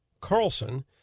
Carlson